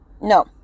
No